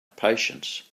patience